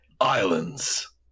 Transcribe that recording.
islands